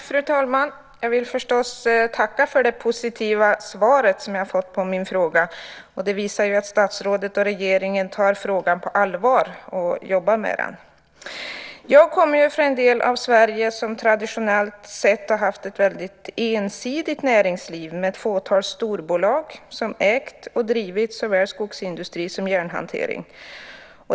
Fru talman! Jag vill förstås tacka för det positiva svar som jag har fått på min fråga. Det visar att statsrådet och regeringen tar frågan på allvar och jobbar med den. Jag kommer från en del av Sverige som traditionellt sett har haft ett ensidigt näringsliv, med ett fåtal storbolag som ägt och drivit såväl skogsindustri som järnhantering.